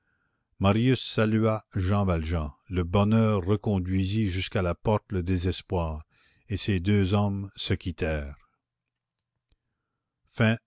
marius salua jean valjean le bonheur reconduisit jusqu'à la porte le désespoir et ces deux hommes se quittèrent